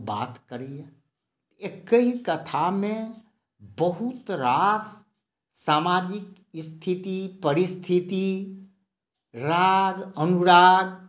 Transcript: बात करैया एकहि कथामे बहुत रास समाजिक स्थिति परिस्थिति राग अनुराग